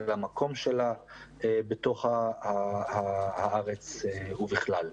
אל המקום שלה בתוך הארץ ובכלל.